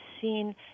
seen